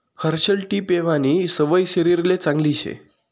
herbal tea पेवानी सवय शरीरले चांगली शे